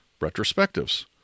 retrospectives